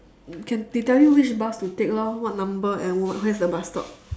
can they tell which bus to take lor what number and where is the bus stop